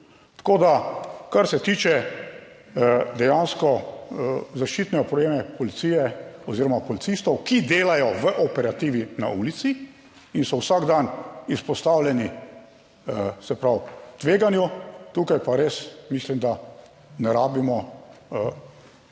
Tako da, kar se tiče dejansko zaščitne opreme policije oziroma policistov, ki delajo v operativi na ulici in so vsak dan izpostavljeni, se pravi, tveganju, tukaj pa res mislim, da ne rabimo